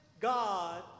God